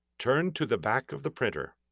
turn to the back of the printer.